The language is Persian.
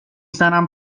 زنم